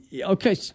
Okay